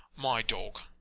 my dog.